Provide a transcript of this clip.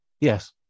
Yes